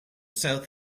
south